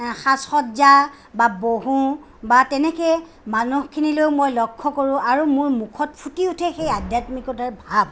সাজসজ্জা বা বহোঁ বা তেনেকে মানুহখিনিলৈও মই লক্ষ্য কৰোঁ আৰু মোৰ মুখত ফুটি উঠে সেই আধ্যাত্মিকতাৰ ভাৱ